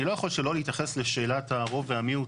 אני לא יכול להתייחס לשאלת הרוב והמיעוט,